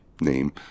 name